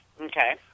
Okay